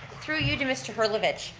through you to mr. herlovitch,